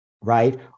right